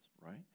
right